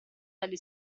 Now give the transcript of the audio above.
dalle